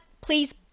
please